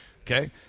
Okay